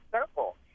circle